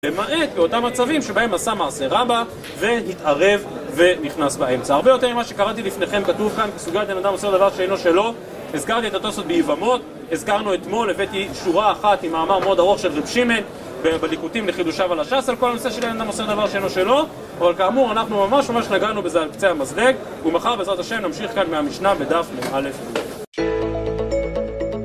למעט באותם מצבים שבהם עשה מעשה רבה והתערב ונכנס באמצע הרבה יותר ממה שקראתי לפניכם כתוב כאן סוגיית אין אדם עושה דבר שאין לו שלא הזכרתי את הטוסות בעיוונות הזכרנו אתמול, הבאתי שורה אחת עם מאמר מאוד ארוך של ריב שימן בדיקותים לחידושיו על השס על כל הנושא של אין אדם עושה דבר שאין לו שלא אבל כאמור אנחנו ממש ממש נגענו בזה על קצה המזלג ומחר בעזרת השם נמשיך כאן מהמשנה ודף למעלה